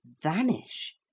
vanish